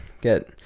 get